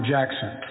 Jackson